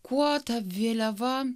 kuo ta vėliava